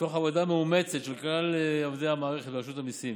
ותוך עבודה מאומצת של כלל עובדי המערכת ברשות המיסים.